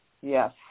Yes